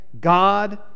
God